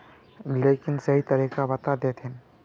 लेकिन सही तरीका बता देतहिन?